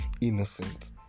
innocent